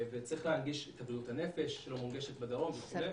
צריך להנגיש את בריאות הנפש שלא מונגשת בדרום וכולי.